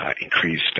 increased